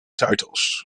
titles